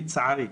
לצערי.